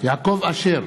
יעקב אשר,